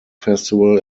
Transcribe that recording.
festival